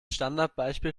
standardbeispiel